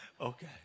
Okay